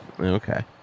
Okay